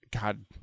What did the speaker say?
God